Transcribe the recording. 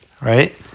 right